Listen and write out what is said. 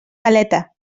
galeta